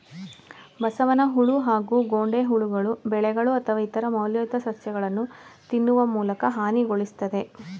ಬಸವನಹುಳು ಹಾಗೂ ಗೊಂಡೆಹುಳುಗಳು ಬೆಳೆಗಳು ಅಥವಾ ಇತರ ಮೌಲ್ಯಯುತ ಸಸ್ಯಗಳನ್ನು ತಿನ್ನುವ ಮೂಲಕ ಹಾನಿಗೊಳಿಸ್ತದೆ